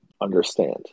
understand